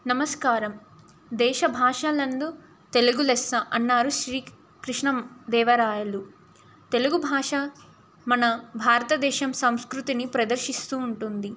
నమస్కారం దేశ భాషలందు తెలుగు లెస్స అన్నారు శ్రీ కృష్ణ దేవరాయలు తెలుగు భాష మన భారతదేశం సంస్కృతిని ప్రదర్శిస్తూ ఉంటుంది